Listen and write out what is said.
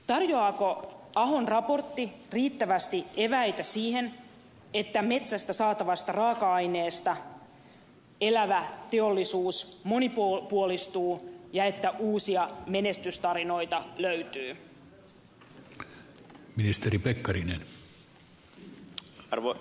tarjoaako ahon raportti riittävästi eväitä siihen että metsästä saatavasta raaka aineesta elävä teollisuus monipuolistuu ja että uusia menestystarinoita löytyy